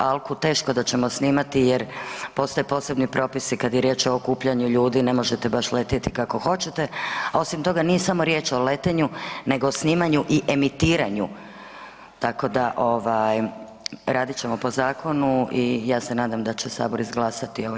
Alku teško da ćemo snimati jer postoje posebni propisi kada je riječ o okupljanju ljudi, ne možete letjeti baš kako hoćete, a osim toga nije samo riječ o letenju nego o snimanju i emitiranju, tako da radit ćemo po zakonu i ja se nadam da će Sabor izglasati ovo.